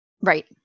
Right